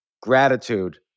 gratitude